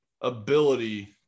ability